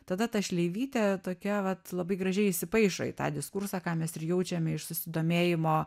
tada ta šleivytė tokia vat labai gražiai įsipaišo į tą diskursą ką mes ir jaučiame iš susidomėjimo